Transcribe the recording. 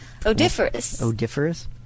Odiferous